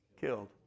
killed